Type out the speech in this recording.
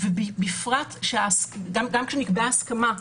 גם כשנקבעה הסכמה,